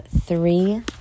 three